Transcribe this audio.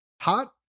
Hot